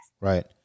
Right